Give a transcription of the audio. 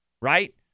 right